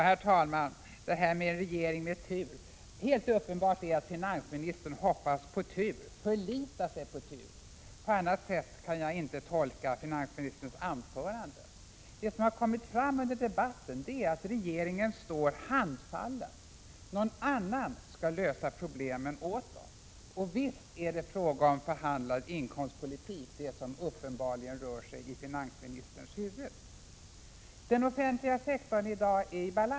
Herr talman! Vad beträffar detta med en regering med tur är det helt uppenbart att finansministern hoppas på tur — förlitar sig på tur. Jag kan inte tolka hans anförande på något annat sätt. Det som har kommit fram under debatten är att regeringen står handfallen. Någon annan skall lösa problemen. Visst är det fråga om förhandlad inkomstpolitik det som uppenbarligen rör sig i finansministerns huvud. Den offentliga sektorn i dag är i balans.